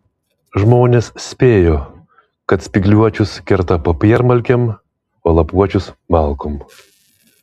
žmonės spėjo kad spygliuočius kerta popiermalkėm o lapuočius malkom